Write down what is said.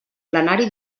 plenari